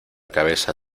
cabeza